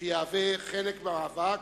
שיהוו חלק מהמאבק,